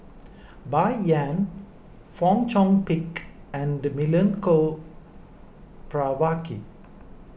Bai Yan Fong Chong Pik and Milenko Prvacki